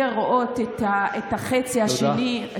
לראות את החצי השני,